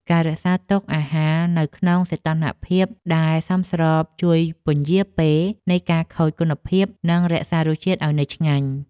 ការរក្សាទុកអាហារនៅក្នុងសីតុណ្ហភាពដែលសមស្របជួយពន្យារពេលនៃការខូចគុណភាពនិងរក្សារសជាតិឱ្យនៅឆ្ងាញ់។